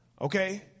okay